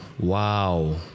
Wow